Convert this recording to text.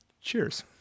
cheers